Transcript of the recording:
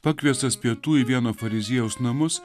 pakviestas pietų į vieno fariziejaus namus